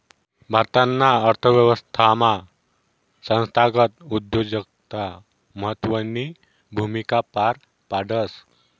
भारताना अर्थव्यवस्थामा संस्थागत उद्योजकता महत्वनी भूमिका पार पाडस